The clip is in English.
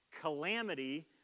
Calamity